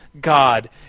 God